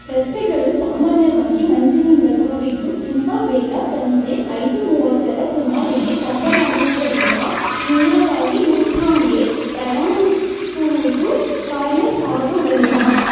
ರಸ್ತೆಗಳು ಸಾಮಾನ್ಯವಾಗಿ ಮಂಜಿನಿಂದ ಕೂಡಿದ್ದು ತುಂಬ ಬೇಗ ಸಂಜೆ ಐದು ಮೂವತ್ತರ ಸುಮಾರಿಗೇ ಕತ್ತಲಾಗುವುದರಿಂದ ನೇರವಾಗಿ ಯುಮ್ಥಾಂಗ್ಗೆ ಪ್ರಯಾಣಿಸುವುದು ಕಾರ್ಯಸಾಧುವಲ್ಲ